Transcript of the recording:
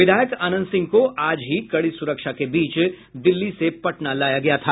विधायक अनंत सिंह को आज ही कड़ी सुरक्षा के बीच दिल्ली से पटना लाया गया था